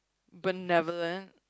benevolent